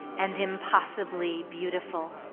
and impossibly beautiful.